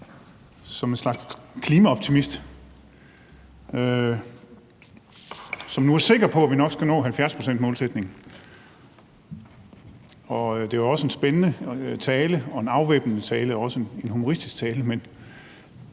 som en slags klimaoptimist, der nu er sikker på, at vi nok skal nå 70-procentsmålsætningen. Det var en spændende tale og også en afvæbnende og humoristisk tale.